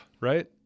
right